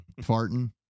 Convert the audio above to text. Farting